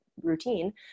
routine